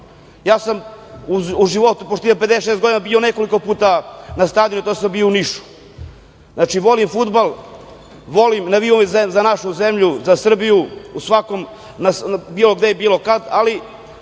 Ja sam u životu, pošto imam 56 godina, bio nekoliko puta na stadionu dok sam bio u Nišu. Znači, volim fudbal, navijam uvek za našu zemlju, za Srbiju, bilo gde i bilo kad, ali